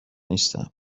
نیستم